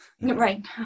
Right